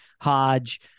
Hodge